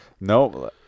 no